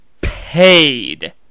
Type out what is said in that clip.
paid